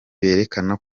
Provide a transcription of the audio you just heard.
berekana